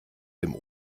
dem